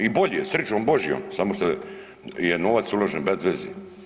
I bolje, srićom Božjom samo što je novac uložen bez veze.